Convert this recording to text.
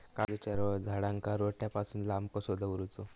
काजूच्या झाडांका रोट्या पासून लांब कसो दवरूचो?